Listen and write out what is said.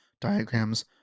diagrams